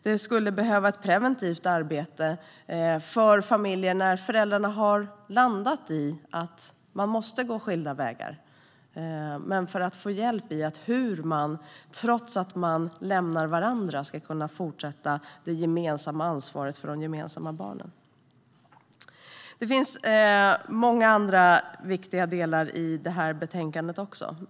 Det skulle behövas ett preventivt arbete när förändrarna har landat i att de måste gå skilda vägar - detta för att få hjälp med hur man, trots att man lämnar varandra, ska kunna fortsätta att ta gemensamt ansvar för de gemensamma barnen. Det finns många andra viktiga delar i betänkandet.